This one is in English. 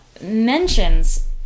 mentions